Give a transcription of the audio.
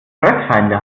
fressfeinde